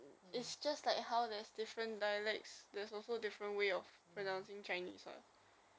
I find oyster sauce quite sweet eh sweet and salty